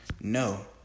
No